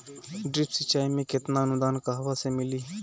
Drip सिंचाई मे केतना अनुदान कहवा से मिली?